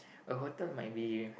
a hotel might be